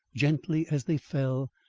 gently as they fell,